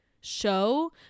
show